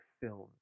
films